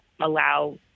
allow